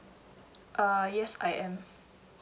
err yes I am